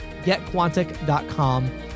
GetQuantic.com